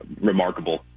remarkable